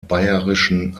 bayerischen